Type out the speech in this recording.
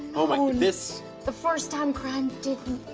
oh my, this the first time crime didn't